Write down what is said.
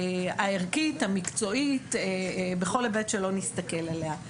הערכית המקצועית בכל היבט שלא נסתכל עליה,